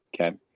Okay